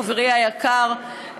חברי היקר,